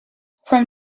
from